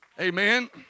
Amen